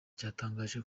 cyatangaje